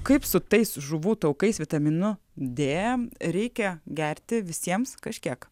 kaip su tais žuvų taukais vitaminu dė reikia gerti visiems kažkiek